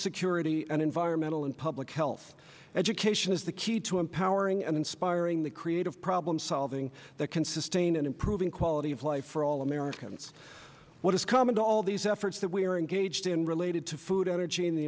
security and environmental and public health education is the key to empowering and inspiring the creative problem solving that can sustain and improve the quality of life for all americans what is common to all these efforts that we are engaged in related to food energy and the